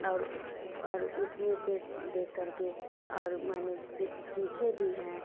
और और उसमें से देखकर के और माने कुछ सीखे भी हैं